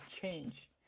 change